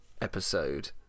episode